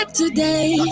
today